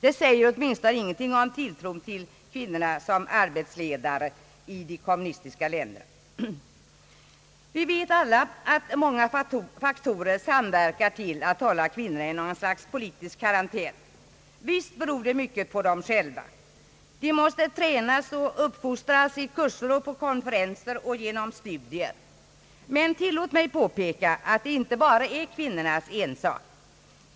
Det vittnar i varje fall inte om tilltro till kvinnorna såsom arbetsledare i de kommunistiska länderna. Vi vet alla att många faktorer samverkar till att hålla kvinnorna i något slags politisk karantän. Visst beror det mycket på dem själva. De måste tränas och uppfostras på kurser och på konferenser samt genom självständiga studier. Tillåt mig dock påpeka att inte heller detta är kvinnornas ensak.